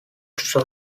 show